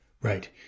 Right